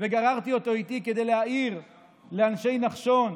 וגררתי אותו איתי כדי להעיר לאנשי "נחשון",